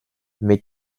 mais